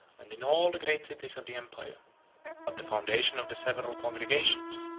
and in all the great cities of the empire but the foundation of the several congregations,